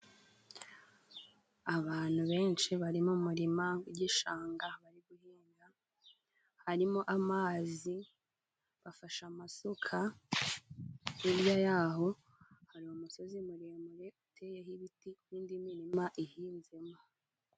Abanu benshi bari mu muririma w'igishanga bari guhinga, harimo amazi bafashe amasuka, hirya yaho hari umusozi muremure uteyeho ibiti n'indi mirima ihinzemo.